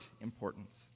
importance